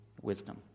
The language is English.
wisdom